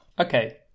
Okay